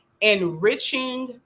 enriching